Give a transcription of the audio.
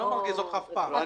אני לא מרגיז אותך אף פעם.